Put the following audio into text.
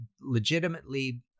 legitimately